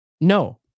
No